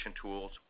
tools